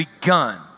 begun